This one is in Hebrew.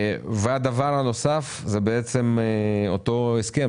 דבר נוסף הוא אותו הסכם,